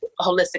holistic